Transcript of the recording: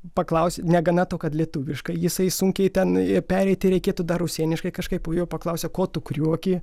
paklausi negana to kad lietuviškai jisai sunkiai ten pereiti reikėtų dar rusėniškai kažkaip jo paklausė ko tu krioki